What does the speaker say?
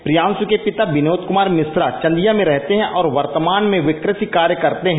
प्रियांशु के पिता विनोद कुमार मिश्रा चंदिया में रहते हैं और वर्तमान मे वे कृषि कार्य करते है